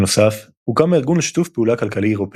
בנוסף, הוקם הארגון לשיתוף פעולה כלכלי אירופי,